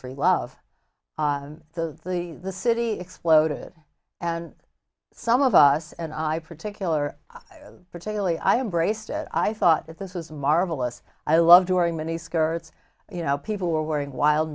love the the city exploded and some of us and i particular particularly i am braced it i thought that this was marvelous i love during mini skirts you know people were wearing wild